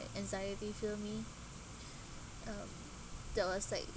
anxiety fill me um that was like